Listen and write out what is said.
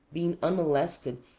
being unmolested,